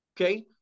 okay